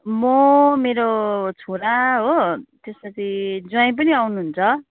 म मेरो छोरा हो त्यसपछि ज्वाइँ पनि आउनुहुन्छ